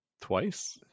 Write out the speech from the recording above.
twice